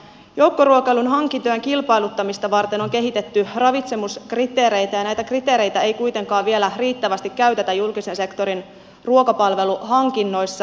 joukkoruokailun hankintojen kilpailuttamista varten on kehitetty ravitsemuskriteereitä ja näitä kriteereitä ei kuitenkaan vielä riittävästi käytetä julkisen sektorin ruokapalveluhankinnoissa